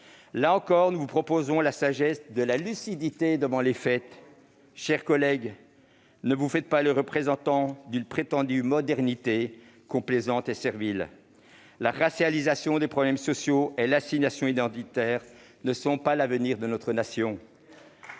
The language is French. Là encore, nous vous proposons la sagesse de la lucidité devant les faits. Mes chers collègues, ne vous faites pas les représentants d'une prétendue modernité, complaisante et servile ; la racialisation des problèmes sociaux et l'assignation identitaire ne représentent pas l'avenir de notre nation.